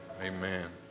amen